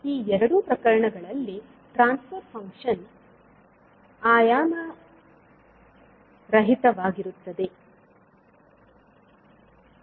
ಆದ್ದರಿಂದ ಈ ಎರಡು ಪ್ರಕರಣಗಳಲ್ಲಿ ಟ್ರಾನ್ಸ್ ಫರ್ ಫಂಕ್ಷನ್ ಆಯಾಮರಹಿತವಾಗಿರುತ್ತದೆ